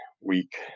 week